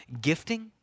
gifting